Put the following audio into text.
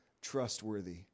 Trustworthy